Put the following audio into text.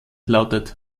lautet